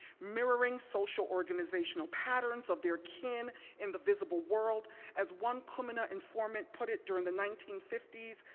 mirroring social organizational patterns of their kin in the visible world as one kumina informant put it during the nineteen fifty s,